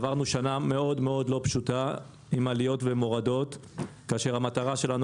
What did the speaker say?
עברנו שנה מאוד מאוד לא פשוטה עם עליות ומורדות כאשר המטרה שלנו